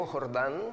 Jordan